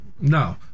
no